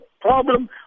problem